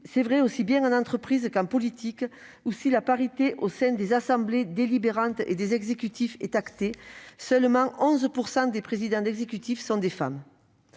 C'est vrai aussi bien en entreprise qu'en politique : si la parité au sein des assemblées délibérantes et des exécutifs est actée, seulement 11 % des présidents d'exécutif sont des femmes.